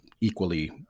equally